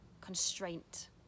constraint